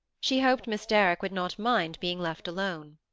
she hoped miss derrick would not mind being left alone.